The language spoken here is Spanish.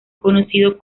conocido